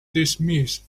dismissed